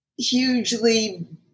hugely